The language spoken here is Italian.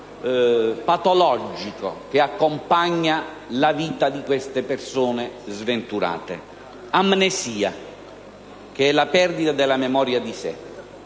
il quadro patologico che accompagna la vita di queste persone sventurate: amnesia, che è la perdita della memoria di sé;